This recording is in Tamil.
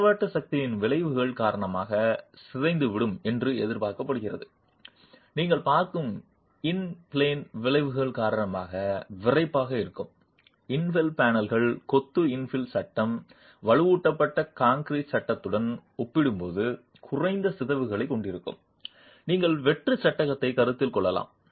பக்கவாட்டு சக்தியின் விளைவுகள் காரணமாக சிதைந்துவிடும் என்று எதிர்பார்க்கப்படுகிறது நீங்கள் பார்க்கும் இன் பிளேன் விளைவு காரணமாக விறைப்பாக இருக்கும் இன்ஃபில் பேனல் கொத்து இன்ஃபில் சட்டம் வலுவூட்டப்பட்ட கான்கிரீட் சட்டத்துடன் ஒப்பிடும்போது குறைந்த சிதைவுகளைக் கொண்டிருக்கும் நீங்கள் வெற்று சட்டகத்தை கருத்தில் கொள்ளலாம்